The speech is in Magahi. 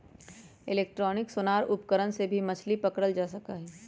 इलेक्ट्रॉनिक सोनार उपकरण से भी मछली पकड़ल जा सका हई